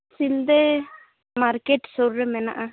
ᱥᱤᱞᱫᱟᱹ ᱢᱟᱨᱠᱮᱴ ᱥᱩᱨ ᱨᱮ ᱢᱮᱱᱟᱜᱼᱟ